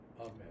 Amen